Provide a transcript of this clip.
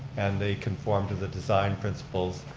and they conform to the design principles